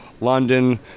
London